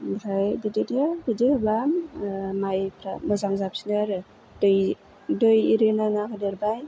ओमफ्राय बिदियाव बिदि होब्ला मायफ्रा मोजां जाफिनो आरो दै दै एरि नायना होदेरबाय